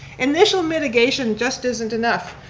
initial mitigation just isn't enough.